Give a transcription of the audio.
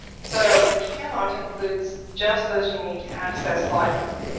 so the count includes just those unique access logins.